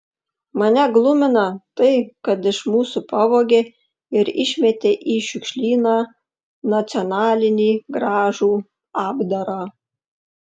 mane glumina tai kad iš mūsų pavogė ir išmetė į šiukšlyną nacionalinį gražų apdarą